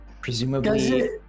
presumably